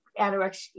anorexia